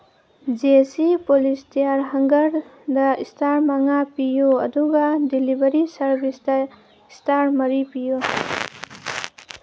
J C polyester ꯍꯪꯒꯔꯅ ꯏꯁꯇꯥꯔ ꯃꯉꯥ ꯄꯤꯌꯨ ꯑꯗꯨꯒ ꯗꯤꯂꯤꯚꯔꯤ ꯁꯥꯔꯚꯤꯁꯇ ꯏꯁꯇꯥꯔ ꯃꯔꯤ ꯄꯤꯌꯨ